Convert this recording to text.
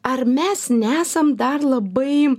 ar mes nesam dar labai